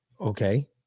Okay